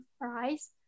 price